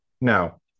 no